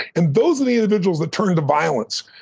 and those are the individuals that turn to violence.